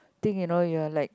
thing at all you're like